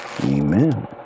Amen